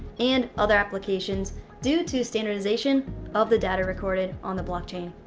and other applications due to standardization of the data recorded on the blockchain.